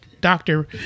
doctor